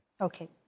Okay